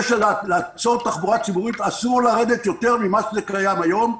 בעצירת תחבורה ציבורית אסור לרדת יותר ממה שקיים היום,